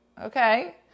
okay